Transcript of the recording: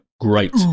great